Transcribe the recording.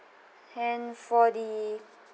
and for the